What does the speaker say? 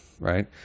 right